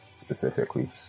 specifically